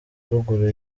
ruguru